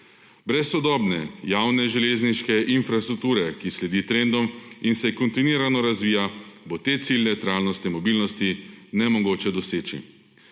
Brez sodobne javne železniške infrastrukture, ki sledi trendom in se kontinuirano razvija, bo te cilje trajnostne mobilnosti nemogoče doseči.